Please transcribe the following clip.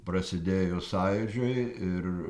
prasidėjus sąjūdžiui ir